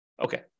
Okay